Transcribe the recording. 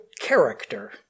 character